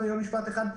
אדוני, עוד משפט אחד.